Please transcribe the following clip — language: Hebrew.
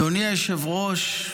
אדוני היושב-ראש,